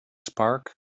spark